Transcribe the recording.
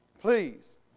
Please